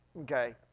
Okay